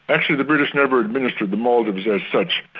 actually the british never administered the maldives as such.